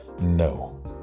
No